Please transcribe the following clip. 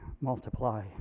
multiply